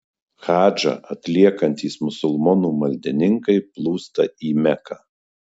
hadžą atliekantys musulmonų maldininkai plūsta į meką